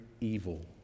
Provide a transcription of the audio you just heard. evil